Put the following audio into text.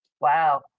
Wow